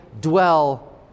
dwell